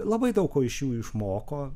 labai daug ko iš jų išmoko